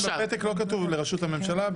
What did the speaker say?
בפתק לא כתוב: לראשות הממשלה.